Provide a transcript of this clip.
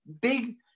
big